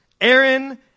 Aaron